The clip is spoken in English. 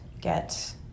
get